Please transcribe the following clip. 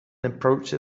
approached